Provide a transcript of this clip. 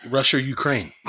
Russia-Ukraine